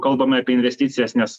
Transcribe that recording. kalbame apie investicijas nes